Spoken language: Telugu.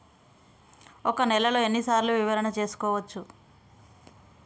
ఒక నెలలో ఎన్ని సార్లు వివరణ చూసుకోవచ్చు?